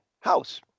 house